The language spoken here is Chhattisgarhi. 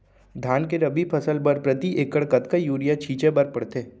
धान के रबि फसल बर प्रति एकड़ कतका यूरिया छिंचे बर पड़थे?